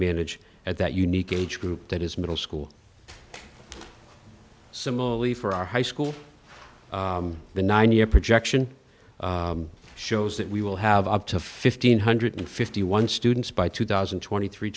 manage at that unique age group that is middle school similarly for our high school the nine year projection shows that we will have up to fifteen hundred fifty one students by two thousand and twenty three